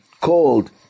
called